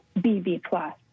B-B-plus